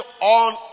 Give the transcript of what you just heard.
on